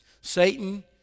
Satan